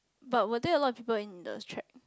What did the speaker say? but what did a lot of people in the check